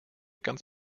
ganz